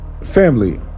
Family